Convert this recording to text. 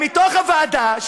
מתוך הוועדה,